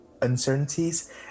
uncertainties